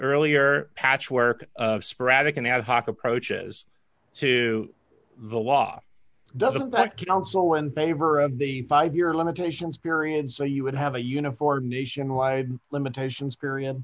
earlier patchwork of sporadic an ad hoc approaches to the law doesn't back down so in favor of the five year limitations period so you would have a uniform nationwide limitations period